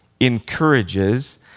encourages